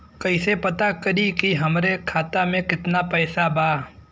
कइसे पता करि कि हमरे खाता मे कितना पैसा बा?